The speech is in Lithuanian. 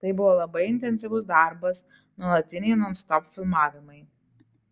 tai buvo labai intensyvus darbas nuolatiniai nonstop filmavimai